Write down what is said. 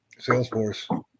Salesforce